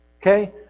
Okay